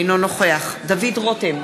אינו נוכח דוד רותם,